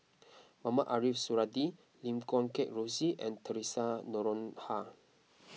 Mohamed Ariff Suradi Lim Guat Kheng Rosie and theresa Noronha